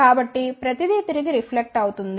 కాబట్టి ప్రతిదీ తిరిగి రిఫ్లెక్ట్ అవుతుంది